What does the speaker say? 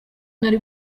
nari